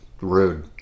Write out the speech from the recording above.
rude